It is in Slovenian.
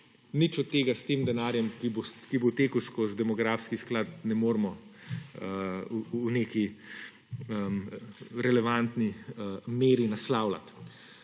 Nič od tega s tem denarjem, ki bo tekel skozi demografski sklad ne moremo v neki relevantni meri naslavljati.